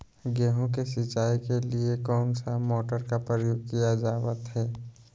गेहूं के सिंचाई के लिए कौन सा मोटर का प्रयोग किया जावत है?